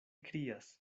krias